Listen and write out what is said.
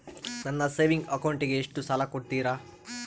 ನನ್ನ ಸೇವಿಂಗ್ ಅಕೌಂಟಿಗೆ ಎಷ್ಟು ಸಾಲ ಕೊಡ್ತಾರ?